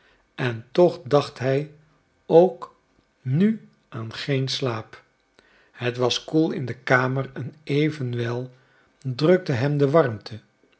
en toch dacht hij ook nu aan geen slaap het was koel in de kamer en evenwel drukte hem de warmte